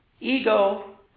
Ego